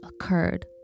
occurred